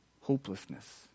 hopelessness